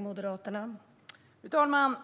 Fru talman!